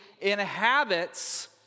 inhabits